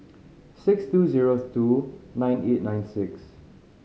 six two zero two nine eight nine six